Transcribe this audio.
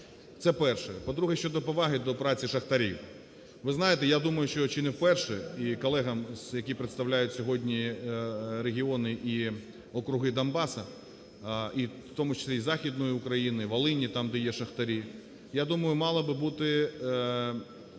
Це перше. По-друге, щодо поваги до праці шахтарів. Ви знаєте, я думаю, що чи не вперше і колегам, які представляють сьогодні регіони і округи Донбасу, і в тому числі і Західної України, і Волині, там, де є шахтарі. я думаю, мало би бути